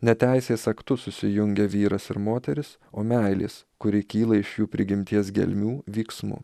ne teisės aktu susijungia vyras ir moteris o meilės kuri kyla iš jų prigimties gelmių vyksmu